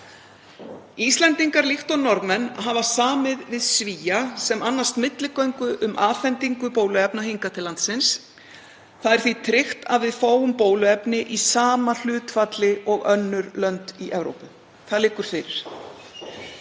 Íslendingar, líkt og Norðmenn, hafa samið við Svía sem annast milligöngu um afhendingu bóluefna hingað til landsins. Það er því tryggt að við fáum bóluefni í sama hlutfalli og önnur lönd í Evrópu. Það liggur fyrir.